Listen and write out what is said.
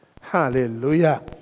Hallelujah